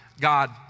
God